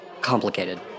complicated